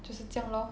就是这样 lor